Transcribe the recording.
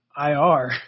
IR